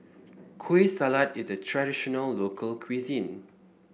Kueh Salat is a traditional local cuisine